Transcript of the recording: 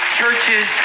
churches